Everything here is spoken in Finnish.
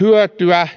hyötyä